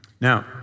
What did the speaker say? Now